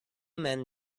men